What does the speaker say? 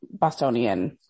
Bostonian